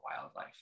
wildlife